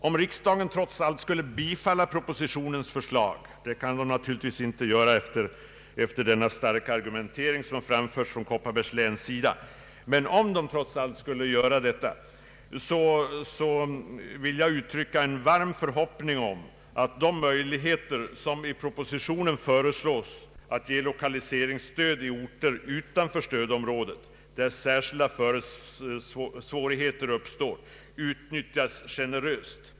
Om riksdagen trots allt skulle bifalla propositionens förslag — det verkar ju osannolikt efter den starka argumentering som framförts från representanter för Kopparbergs län — vill jag uttrycka en varm förhoppning om att de möjligheter som föreslås i propositionen när det gäller att ge lokaliseringsstöd tiil orter utanför stödområdet, där särskilda svårigheter uppstår, utnyttjas generöst.